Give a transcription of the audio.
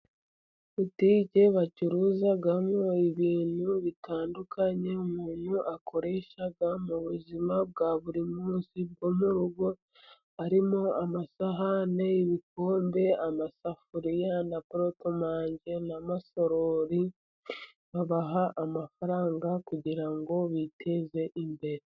Butike bacuruzamo ibintu bitandukanye, umuntu akoresha mu buzima bwa buri munsi bwo mu rugo, harimo: amasahane, ibikombe, amasafuriya, na porotomange, n'amasorori. Babaha amafaranga kugira ngo biteze imbere.